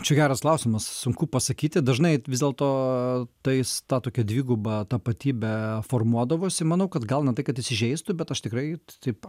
čia geras klausimas sunku pasakyti dažnai vis dėlto tais ta tokia dviguba tapatybė formuodavosi manau kad gal ne tai kad įsižeistų bet aš tikrai t taip